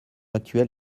actuelle